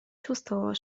чувствовала